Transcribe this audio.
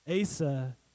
Asa